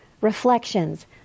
reflections